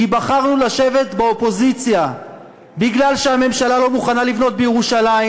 כי בחרנו לשבת באופוזיציה מפני שהממשלה לא מוכנה לבנות בירושלים,